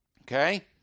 Okay